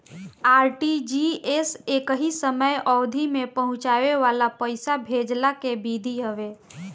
RTGS एकही समय अवधि में पहुंचे वाला पईसा भेजला के विधि हवे